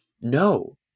No